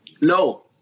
No